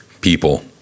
people